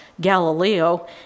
Galileo